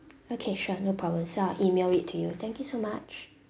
okay sure no problems so I'll email it to you thank you so much